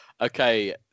Okay